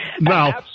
now